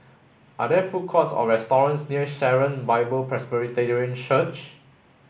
are there food courts or restaurants near Sharon Bible Presbyterian Church